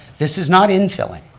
this is not infilling,